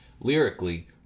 Lyrically